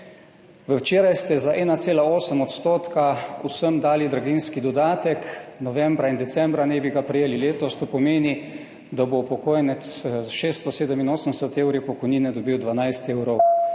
Včeraj ste za 1,8 % vsem dali draginjski dodatek, novembra in decembra naj bi ga prejeli letos. To pomeni, da bo upokojenec s 687 evri pokojnine dobil 12 evrov